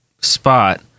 spot